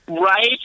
Right